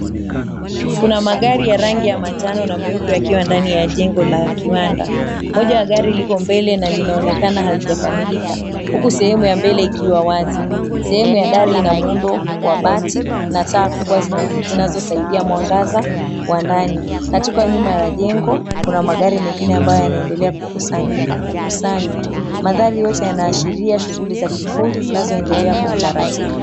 Kuna magari ya rangi ya manjano na meupe yakiwa ndani ya jengo la kiwanda. Moja ya gari liko mbele na linaonekana halijakamilika, huku sehemu ya mbele ikiwa wazi. Sehemu ya dari inamuundo wa bati na taa kubwa zinazosaidia mwangaza wa ndani. Katika nyuma ya jengo kuna magari mengine ambayo yanaendelea kukusanywa. Mandhari yote yanaashiria shughuli za kifundi zinazoendelea kwa utaratibu.